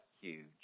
huge